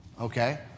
Okay